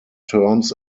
terms